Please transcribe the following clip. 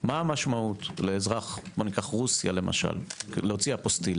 מה המשמעות לאזרח, רוסיה למשל, להוציא אפוסטיל?